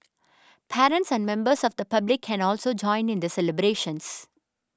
parents and members of the public can also join in the celebrations